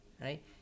right